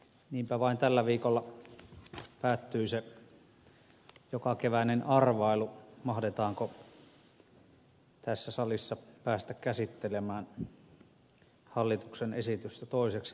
niinpä vain tällä viikolla päättyi se jokakeväinen arvailu mahdetaanko tässä salissa päästä käsittelemään hallituksen esitystä toiseksi lisätalousarvioiksi